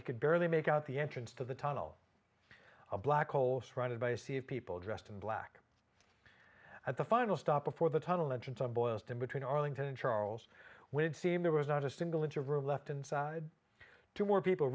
could barely make out the entrance to the tunnel a black hole surrounded by a sea of people dressed in black at the final stop before the tunnel entrance on boylston between arlington and charles when it seemed there was not a single inch of room left inside two more people